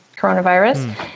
coronavirus